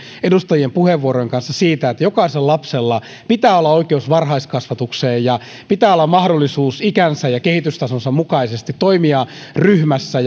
edustajien kanssa siitä että jokaisella lapsella pitää olla oikeus varhaiskasvatukseen ja pitää olla mahdollisuus ikänsä ja kehitystasonsa mukaisesti toimia ryhmässä